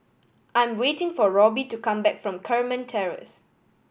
I'm waiting for Robby to come back from Carmen Terrace